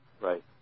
Right